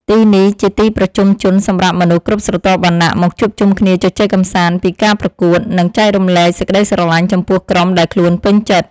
ទីនេះជាទីប្រជុំជនសម្រាប់មនុស្សគ្រប់ស្រទាប់វណ្ណៈមកជួបជុំគ្នាជជែកកម្សាន្តពីការប្រកួត និង ចែករំលែកសេចក្តីស្រលាញ់ចំពោះក្រុមដែលខ្លួនពេញចិត្ត។